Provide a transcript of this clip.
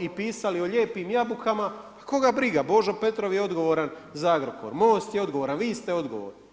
i pisali o lijepim jabukama, a koga briga, Božo Petrov je odgovaran za Agrokor, MOST je odgovoran, vi ste odgovorni.